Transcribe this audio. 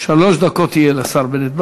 שלוש דקות יהיו לשר בנט.